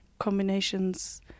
Combinations